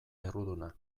erruduna